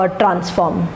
transform